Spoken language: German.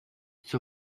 zur